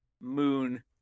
Moon